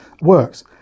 works